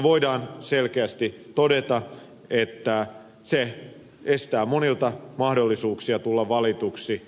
voidaan selkeästi todeta että se estää monilta mahdollisuuden tulla valituksi